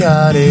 God